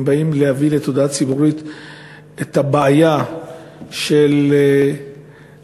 והם באים להביא לתודעה הציבורית את הבעיה של אובדנות,